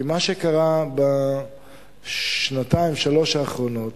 כי מה שקרה בשנתיים-שלוש האחרונות,